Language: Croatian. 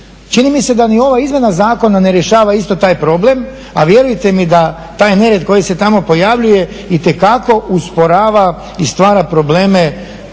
Čini mi se da ni ova izmjena zakona ne rješava isto taj problem, a vjeruje mi da taj nered koji se tamo pojavljuje itekako usporava i stvara probleme